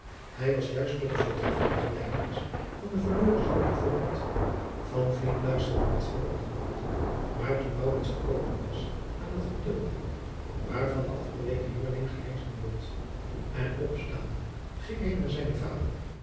hij was juist tot de voortreffelijke gelijkenis van den verloren zoon gevorderd van vliet luisterde adriaan loosjes pzn het leven van maurits lijnslager met veel aandacht maar toen maurits gekomen was aan het gedeelte waar van den afgeweken jongeling gelezen wordt en opstaande ging hij naar zijnen vader